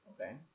Okay